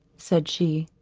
said she.